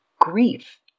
grief